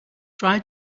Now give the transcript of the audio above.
try